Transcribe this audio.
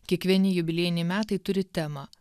kiekvieni jubiliejiniai metai turi temą